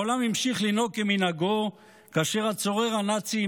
העולם המשיך לנהוג כמנהגו כאשר הצורר הנאצי,